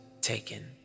taken